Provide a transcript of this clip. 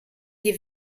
die